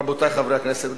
רבותי חברי הכנסת,